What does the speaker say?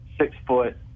six-foot